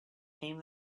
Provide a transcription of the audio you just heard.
came